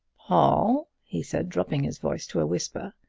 paul, he said, dropping his voice to a whisper,